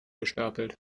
gestapelt